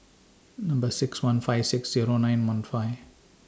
Number six one five six Zero nine one five